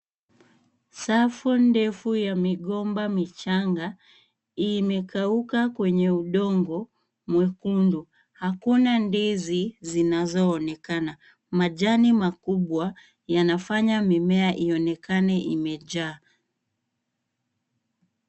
Safu ndefu ya migomba michanga imekauka kwenye udongo mwekundu. Hakuna ndizi zinazoonekana. Majani makubwa yanafanya mimea ionekane imejaa.